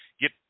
Get